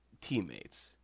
teammates